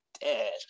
dead